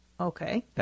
okay